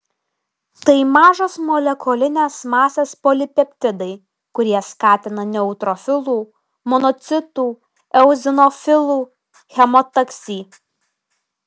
tai mažos molekulinės masės polipeptidai kurie skatina neutrofilų monocitų eozinofilų chemotaksį